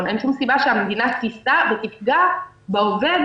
אין שום סיבה שהמדינה תישא בעלות ותפגע בעובד